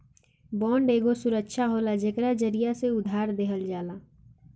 bond एगो सुरक्षा होला जेकरा जरिया से उधार देहल जाला